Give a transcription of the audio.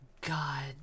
god